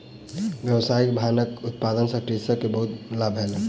व्यावसायिक भांगक उत्पादन सॅ कृषक के बहुत लाभ भेलैन